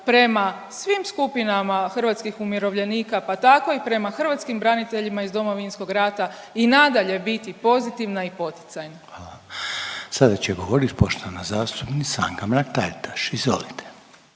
prema svim skupinama hrvatskih umirovljenika, pa tako i prema hrvatskim braniteljima iz Domovinskog rata i nadalje biti pozitivna i poticajna. **Reiner, Željko (HDZ)** Sada će govorit poštovana zastupnica Anka Mrak-Taritaš, izvolite.